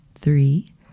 three